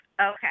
Okay